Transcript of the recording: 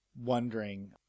wondering